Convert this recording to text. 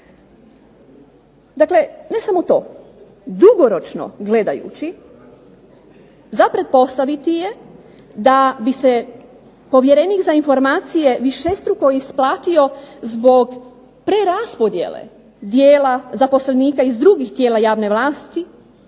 Dakle ne samo to. Dugoročno gledajući za pretpostaviti je da bi se povjerenik za informacije višestruko isplatio zbog preraspodjele dijela zaposlenika iz drugih tijela javne vlasti,